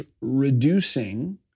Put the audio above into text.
reducing